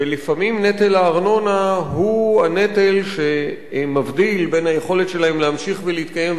ולפעמים נטל הארנונה הוא הנטל שמבדיל בין היכולת להמשיך להתקיים,